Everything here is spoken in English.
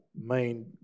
main